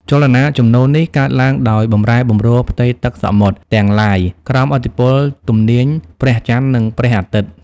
ចលនាជំនោរនេះកើតឡើងដោយបំរែបំរួលផ្ទៃទឹកសមុទ្រទាំងឡាយក្រោមឥទ្ធិពលទំនាញព្រះច័ន្ទ និងព្រះអាទិត្យ។